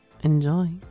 enjoy